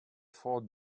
four